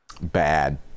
Bad